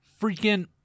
Freaking